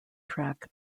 track